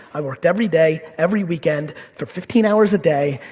i worked every day, every weekend, for fifteen hours a day,